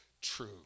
true